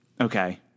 Okay